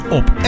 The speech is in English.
op